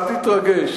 אל תתרגש.